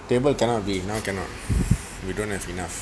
table cannot B now cannot we don't have enough